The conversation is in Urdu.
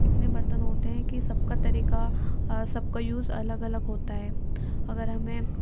اتنے برتن ہوتے ہیں کہ سب کا طریقہ اور سب کا یوز الگ الگ ہوتا ہے اگر ہمیں